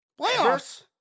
Playoffs